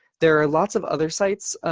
there are lots of other sites.